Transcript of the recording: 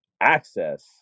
Access